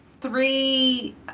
three